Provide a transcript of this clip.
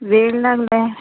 वेड लागलंय